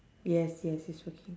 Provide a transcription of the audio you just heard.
yes yes he's working